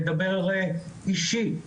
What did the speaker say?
נדבר אישי,